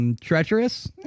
Treacherous